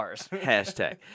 Hashtag